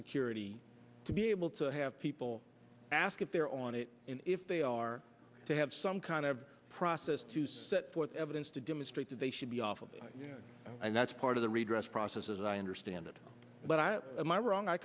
security to be able to have people ask if they're on it and if they are to have some kind of process to set forth evidence to demonstrate that they should be off of it and that's part of the redress process as i understand it but i am i wrong i